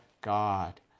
God